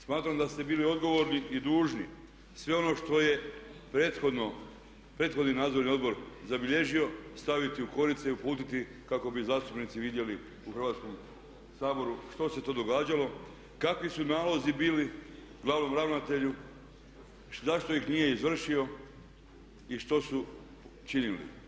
Smatram da ste bili odgovorni i dužni sve ono što je prethodni Nadzorni odbor zabilježio staviti u korice i uputiti kako bi zastupnici vidjeli u Hrvatskom saboru što se to događalo, kakvi su nalozi bili glavnom ravnatelju, zašto ih nije izvršio i što su činili.